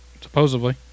supposedly